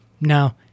No